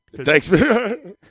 Thanks